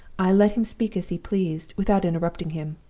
i let him speak as he pleased, without interrupting him,